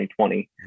2020